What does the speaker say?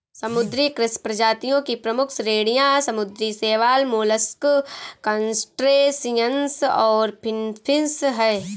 समुद्री कृषि प्रजातियों की प्रमुख श्रेणियां समुद्री शैवाल, मोलस्क, क्रस्टेशियंस और फिनफिश हैं